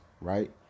right